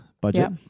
budget